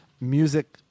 music